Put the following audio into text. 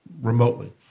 Remotely